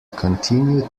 continue